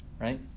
Right